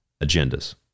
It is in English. agendas